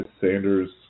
Sanders